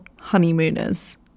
honeymooners